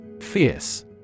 Fierce